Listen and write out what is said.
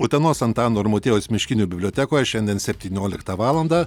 utenos antano ir motiejaus miškinių bibliotekoje šiandien septynioliktą valandą